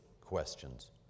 questions